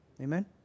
Amen